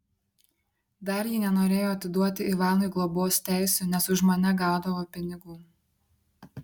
dar ji nenorėjo atiduoti ivanui globos teisių nes už mane gaudavo pinigų